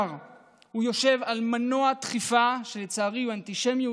שיושב בעיקר על מנוע דחיפה שלצערי הוא אנטישמיות,